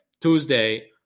Tuesday